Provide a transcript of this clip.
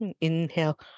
Inhale